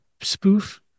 spoof